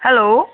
hello